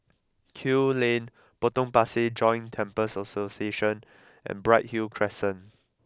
Kew Lane Potong Pasir Joint Temples Association and Bright Hill Crescent